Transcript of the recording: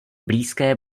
blízké